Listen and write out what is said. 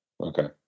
okay